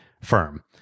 firm